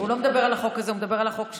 הוא לא מדבר על החוק הזה, הוא מדבר על החוק שלו.